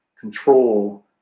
control